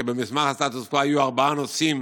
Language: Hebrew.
כי במסמך הסטטוס קוו היו ארבעה נושאים,